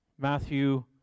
Matthew